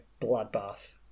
bloodbath